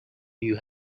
you